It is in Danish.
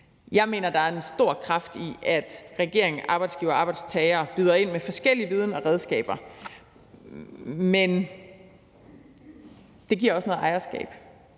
Jeg mener, der er en stor kraft i, at regeringen, arbejdsgivere og arbejdstagere byder ind med forskellig viden og forskellige redskaber. Men det giver også noget ejerskab